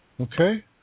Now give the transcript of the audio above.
Okay